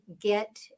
get